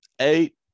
Eight